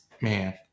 man